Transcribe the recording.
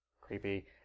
Creepy